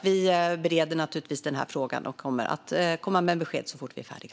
Vi bereder som sagt den här frågan och kommer att komma med besked så fort vi är färdiga.